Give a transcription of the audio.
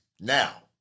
Now